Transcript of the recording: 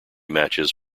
matches